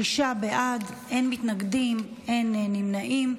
שישה בעד, אין מתנגדים, אין נמנעים.